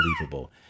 unbelievable